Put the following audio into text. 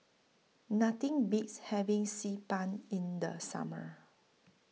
Nothing Beats having Xi Ban in The Summer